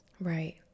Right